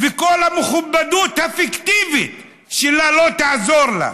כל המכובדות הפיקטיבית שלה לא תעזור לה.